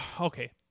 Okay